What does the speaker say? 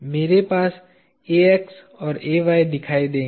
मेरे पास Ax और Ay दिखाई देंगे